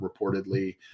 reportedly